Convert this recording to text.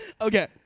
Okay